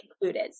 included